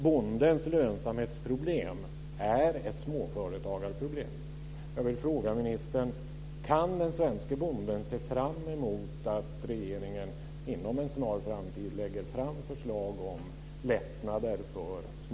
Bondens lönsamhetsproblem är ett småföretagarproblem.